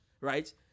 right